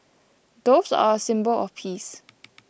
doves are a symbol of peace